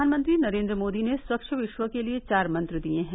प्रधानमंत्री नरेन्द्र मोदी ने स्वच्छ विश्व के लिए चार मंत्र दिये हैं